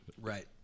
Right